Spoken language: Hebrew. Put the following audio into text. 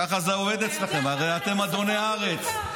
ככה זה עובד אצלכם, הרי אתם אדוני הארץ.